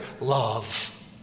love